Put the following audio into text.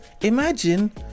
imagine